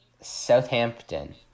Southampton